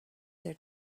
their